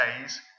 days